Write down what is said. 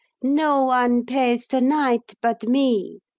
no one pays to-night but me!